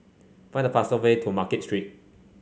find the fastest way to Market Street